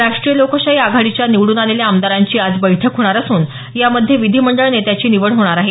राष्टीय लोकशाही आघाडीच्या निवडून आलेल्या आमदारांची आज बैठक होणार असून यामध्ये विधिमंडळ नेत्याची निवड होणार आहे